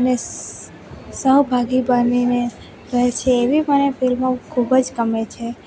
અને સહભાગી બનીને રહે છે એવી મને ફિલ્મો ખૂબ જ ગમે છે